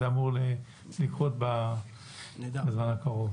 זה אמור לקרות בזמן הקרוב.